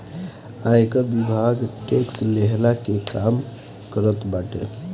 आयकर विभाग टेक्स लेहला के काम करत बाटे